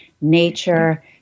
nature